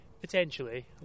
Potentially